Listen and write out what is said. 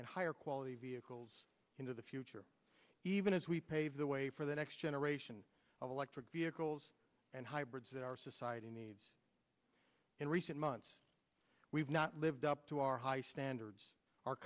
and higher quality vehicles into the future even as we pave the way for the next generation of electric vehicles and hybrids that our society needs in recent months we've not lived up to our high standards